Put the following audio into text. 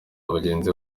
bagenzi